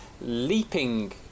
leaping